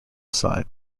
side